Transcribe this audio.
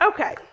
Okay